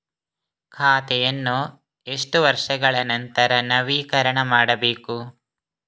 ಖಾತೆಯನ್ನು ಎಷ್ಟು ವರ್ಷಗಳ ನಂತರ ನವೀಕರಣ ಮಾಡಬೇಕು?